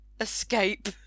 escape